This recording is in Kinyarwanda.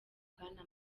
bwana